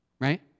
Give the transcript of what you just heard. Right